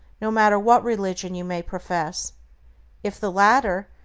no matter what religion you may profess if the latter,